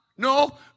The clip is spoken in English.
No